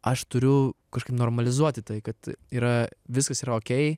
aš turiu kažkaip normalizuoti tai kad yra viskas yra okei